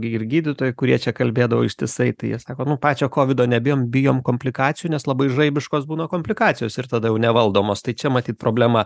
ir gydytojai kurie čia kalbėdavo ištisai tai jie sako nu pačio kovido bijom bijom komplikacijų nes labai žaibiškos būna komplikacijos ir tada jau nevaldomos tai čia matyt problema